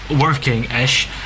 working-ish